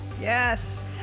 Yes